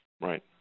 Right